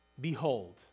behold